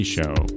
Show